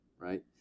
Right